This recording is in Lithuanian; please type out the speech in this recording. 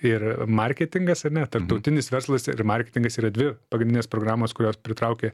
ir marketingas ar ne tarptautinis verslas ir marketingas yra dvi pagrindinės programos kurios pritraukė